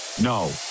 No